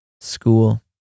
school